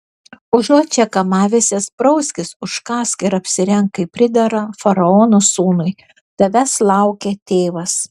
užuot čia kamavęsis prauskis užkąsk ir apsirenk kaip pridera faraono sūnui tavęs laukia tėvas